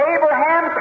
Abraham